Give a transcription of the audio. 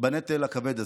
בנטל הכבד הזה.